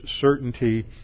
certainty